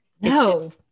No